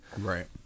Right